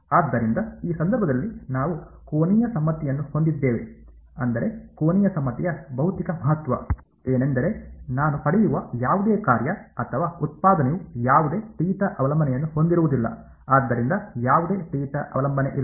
ಆದ್ದರಿಂದ ಈ ಸಂದರ್ಭದಲ್ಲಿ ನಾವು ಕೋನೀಯ ಸಮ್ಮಿತಿಯನ್ನು ಹೊಂದಿದ್ದೇವೆ ಅಂದರೆ ಕೋನೀಯ ಸಮ್ಮಿತಿಯ ಭೌತಿಕ ಮಹತ್ವ ಏನೆಂದರೆ ನಾನು ಪಡೆಯುವ ಯಾವುದೇ ಕಾರ್ಯ ಅಥವಾ ಉತ್ಪಾದನೆಯು ಯಾವುದೇ ಥೀಟಾ ಅವಲಂಬನೆಯನ್ನು ಹೊಂದಿರುವುದಿಲ್ಲ ಆದ್ದರಿಂದ ಯಾವುದೇ ಥೀಟಾ ಅವಲಂಬನೆ ಇಲ್ಲ